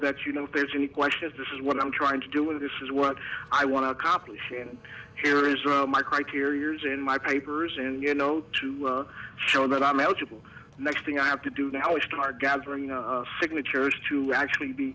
you know if there's any question is this is what i'm trying to do it this is what i want to accomplish in here is around my card here years in my papers and you know to show that i'm eligible next thing i have to do now is start gathering signatures to actually be